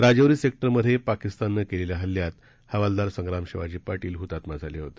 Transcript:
राजौरी सेक्टरमध्ये पाकिस्ताननं केलेल्या हल्ल्यात हवालदार संग्राम शिवाजी पाटील हुतात्मा झाले होते